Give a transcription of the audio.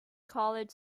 college